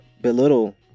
belittle